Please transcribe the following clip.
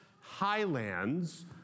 Highlands